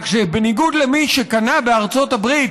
רק שבניגוד למי שקנה בארצות הברית